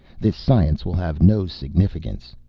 this science will have no significance.